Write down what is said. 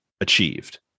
achieved